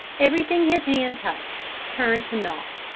everything his hand touched turned to naught.